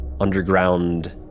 underground